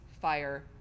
fire